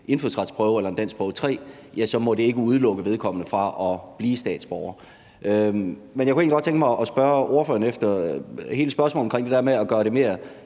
indfødsretsprøve eller en danskprøve 3, må det ikke udelukke vedkommende fra at blive statsborger. Men jeg kunne egentlig godt tænke mig at spørge ordføreren om noget i forbindelse med hele spørgsmålet om det med at gøre det til